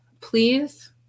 please